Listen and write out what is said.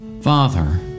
Father